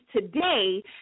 today